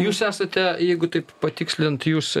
jūs esate jeigu taip patikslint jūs